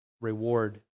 reward